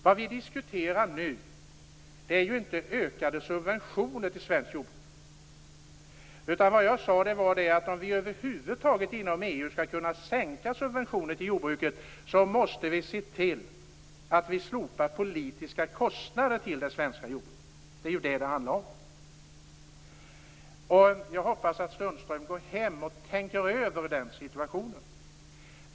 Vad vi nu diskuterar är ju inte ökade subventioner till svenskt jordbruk. Vad jag sade var att om vi över huvud taget inom EU skall kunna sänka subventioner till jordbruket, måste vi se till att slopa politiska kostnader för det svenska jordbruket. Jag hoppas att Sundström går hem och tänker över den situationen.